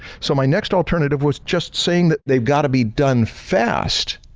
so, my next alternative was just saying that they've got a be done fast.